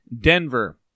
Denver